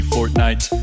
Fortnite